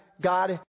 God